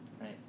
right